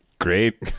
Great